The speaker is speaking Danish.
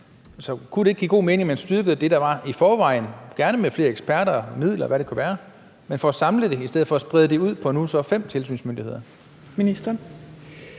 Så kunne det ikke give god mening, at man styrkede det, der var i forvejen – og gerne med flere eksperter og midler, og hvad det kunne være – og at man får samlet det i stedet for at sprede det ud på nu så fem tilsynsmyndigheder?